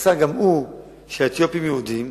שפסק גם הוא שהאתיופים יהודים,